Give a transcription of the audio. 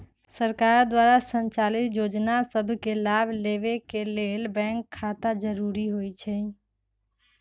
सरकार द्वारा संचालित जोजना सभके लाभ लेबेके के लेल बैंक खता जरूरी होइ छइ